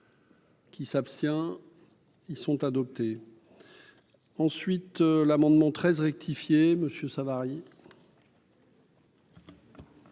Qui s'abstient ils sont adoptés ensuite l'amendement 13 rectifié Monsieur Savary.